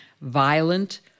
violent